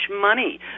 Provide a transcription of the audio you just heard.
money